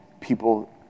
people